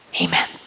Amen